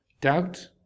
doubt